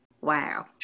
Wow